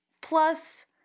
plus